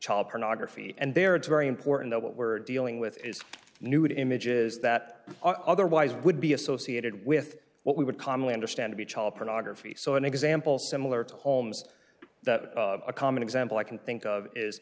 child pornography and there it's very important what we're dealing with is nude images that are otherwise would be associated with what we would commonly understand to be child pornography so an example similar to holmes that a common example i can think of is